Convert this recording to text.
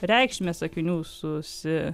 reikšmę sakinių susi